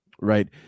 Right